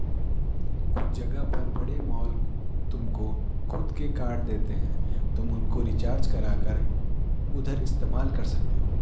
कुछ जगह पर बड़े मॉल तुमको खुद के कार्ड देते हैं तुम उनको रिचार्ज करा कर उधर इस्तेमाल कर सकते हो